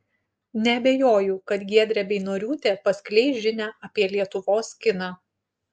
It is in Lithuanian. neabejoju kad giedrė beinoriūtė paskleis žinią apie lietuvos kiną